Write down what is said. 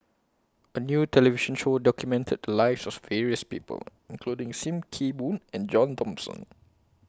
A New television Show documented The Lives of various People including SIM Kee Boon and John Thomson